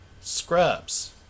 Scrubs